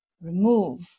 remove